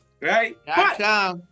Right